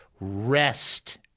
rest